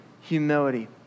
humility